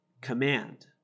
command